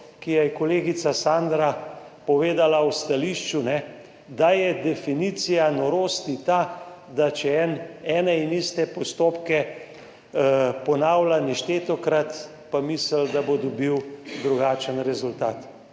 jo je kolegica Sandra povedala v stališču, da je definicija norosti ta, da ene in iste postopke ponavljaš neštetokrat in misliš, da boš dobil drugačen rezultat.